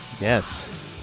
Yes